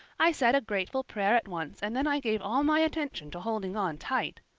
i said a grateful prayer at once and then i gave all my attention to holding on tight,